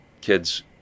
kids